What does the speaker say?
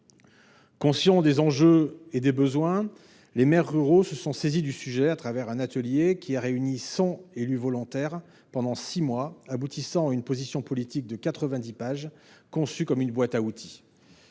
Conscients des enjeux et des besoins, les maires ruraux se sont saisis du sujet, à travers un atelier qui a réuni 100 élus volontaires pendant six mois, aboutissant à une position politique de 90 pages, conçue comme une boîte à outils.